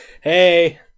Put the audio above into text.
hey